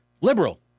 liberal